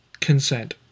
consent